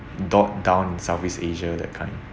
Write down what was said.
dot down southeast asia that kind